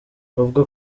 bavuga